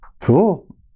cool